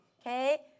okay